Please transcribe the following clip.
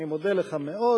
אני מודה לך מאוד,